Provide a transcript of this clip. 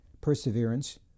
perseverance